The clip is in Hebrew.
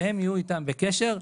והם יהיו איתם בקשר.